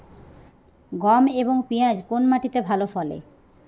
গম এবং পিয়াজ কোন মাটি তে ভালো ফলে?